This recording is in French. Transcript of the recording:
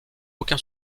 aucun